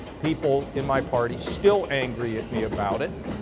people in my party still angry at me about it.